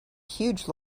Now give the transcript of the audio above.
huge